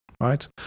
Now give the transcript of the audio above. right